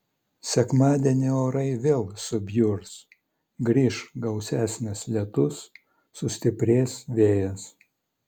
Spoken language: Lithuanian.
sekmadienį orai vėl subjurs grįš gausesnis lietus sustiprės vėjas